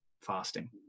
fasting